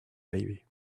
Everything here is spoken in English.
baby